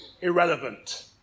irrelevant